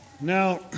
Now